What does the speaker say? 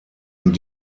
und